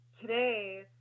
today